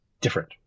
different